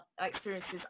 experiences